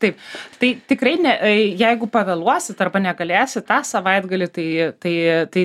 taip tai tikrai ne jeigu pavėluosit arba negalėsit tą savaitgalį tai tai tai